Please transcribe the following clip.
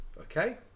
okay